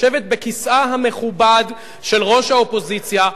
לשבת בכיסא המכובד של ראש האופוזיציה.